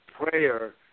prayer